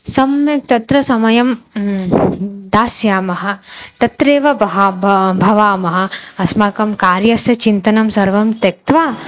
सम्यक् तत्र समयं दास्यामः तत्रैव बहाभा भवामः अस्माकं कार्यस्य चिन्तनं सर्वं त्यक्त्वा